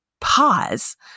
pause